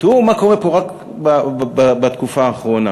תראו מה קורה פה רק בתקופה האחרונה.